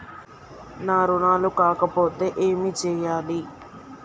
నా రుణాలు కాకపోతే ఏమి చేయాలి?